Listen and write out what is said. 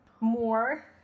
More